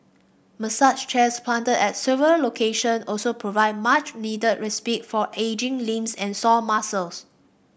Massage chairs planted at several location also provide much needed respite for aching limbs and sore muscles